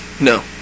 No